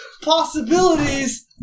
possibilities